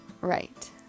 right